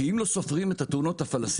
כי אם לא סופרים את התאונות הפלסטיניות,